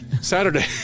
Saturday